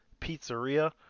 Pizzeria